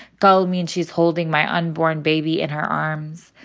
go means she's holding my unborn baby in her arms,